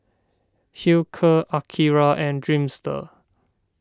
Hilker Akira and Dreamster